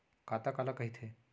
खाता काला कहिथे?